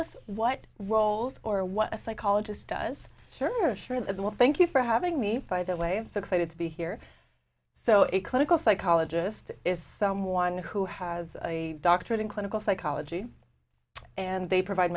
us what roles or what a psychologist does sure sure that will thank you for having me by the way of so excited to be here so a clinical psychologist is someone who has a doctorate in clinical psychology and they provide